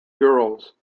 girls